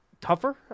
tougher